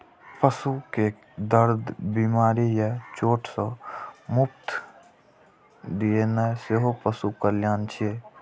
पशु कें दर्द, बीमारी या चोट सं मुक्ति दियेनाइ सेहो पशु कल्याण छियै